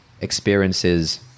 experiences